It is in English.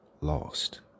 lost